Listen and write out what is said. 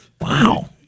wow